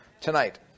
tonight